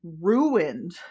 ruined